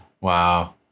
Wow